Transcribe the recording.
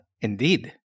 indeed